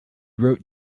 wrote